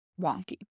wonky